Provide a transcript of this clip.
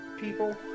people